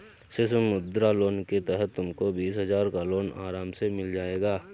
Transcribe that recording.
शिशु मुद्रा लोन के तहत तुमको बीस हजार का लोन आराम से मिल जाएगा